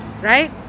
right